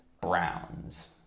Browns